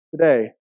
today